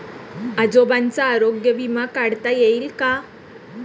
आजोबांचा आरोग्य विमा काढता येईल का?